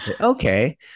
Okay